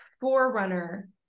forerunner